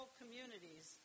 communities